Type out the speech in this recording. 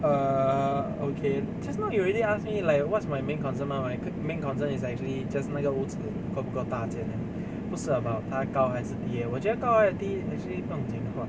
err okay just now you already ask me like what's my main concern mah my main concern is actually just 那个屋子够不够大间 leh 不是 about 它高还是底 eh 我觉得高还是底 actually 不用紧